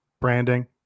branding